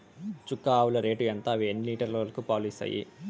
చుక్క ఆవుల రేటు ఎంత? అవి ఎన్ని లీటర్లు వరకు పాలు ఇస్తాయి?